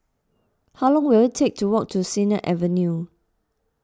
how long will it take to walk to Sennett Avenue